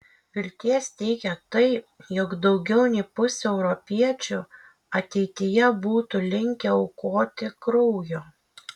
vilties teikia tai jog daugiau nei pusė europiečių ateityje būtų linkę aukoti kraujo